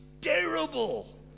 terrible